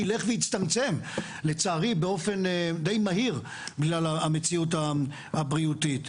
ילך ויצטמצם לצערי באופן די מהיר בגלל המציאות הבריאותית.